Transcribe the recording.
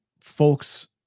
folks